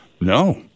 No